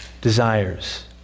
desires